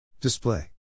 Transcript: Display